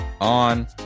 On